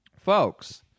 Folks